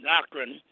Doctrine